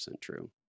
true